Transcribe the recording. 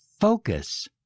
focus